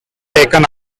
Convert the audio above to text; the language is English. taken